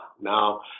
Now